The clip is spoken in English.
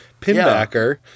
Pinbacker